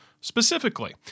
specifically